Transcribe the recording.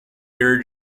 hear